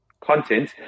content